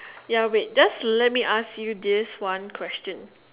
ya wait just let me ask you this one question